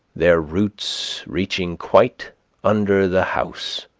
their roots reaching quite under the house.